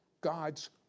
God's